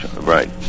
right